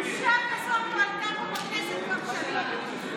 בושה כזאת לא הייתה פה בכנסת כבר שנים.